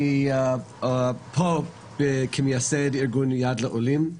אני פה כמייסד ארגון יד לעולים.